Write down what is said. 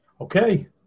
Okay